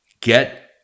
Get